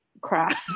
crap